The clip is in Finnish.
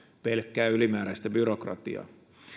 pelkkää ylimääräistä byrokratiaa